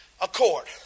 accord